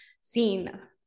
seen